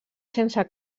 sense